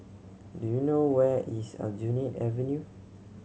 do you know where is Aljunied Avenue